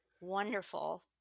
wonderful